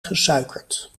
gesuikerd